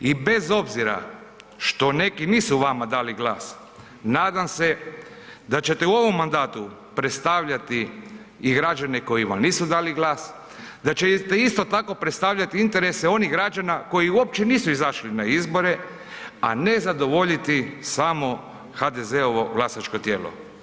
I bez obzira što neki vama nisu dali glas nadam se da ćete u ovom mandatu predstavljati i građane koji vam nisu dali glas, da ćete isto tako predstavljati interese onih građana koji uopće nisu izašli na izbore, a ne zadovoljiti samo HDZ-ovo glasačko tijelo.